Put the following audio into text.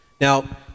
Now